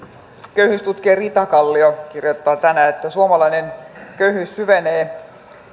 köyhyystutkija ritakallio kirjoittaa tänään että suomalainen köyhyys syvenee